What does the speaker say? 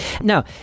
Now